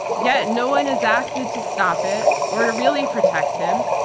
yet no one has acted to stop it or to really protect him,